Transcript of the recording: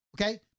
Okay